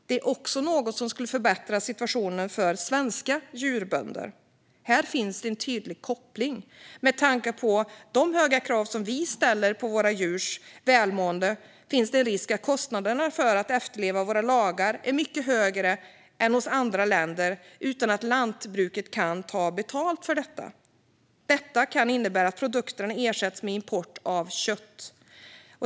Detta är något som skulle förbättra situationen också för svenska djurbönder. Här finns en tydlig koppling. Med tanke på de höga krav vi ställer på våra djurs välmående finns det en risk att kostnaderna för att efterleva våra lagar är mycket högre än hos andra länder utan att lantbruket kan ta betalt för det. Detta kan innebära att produkterna ersätts med importerat kött.